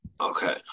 Okay